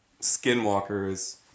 skinwalkers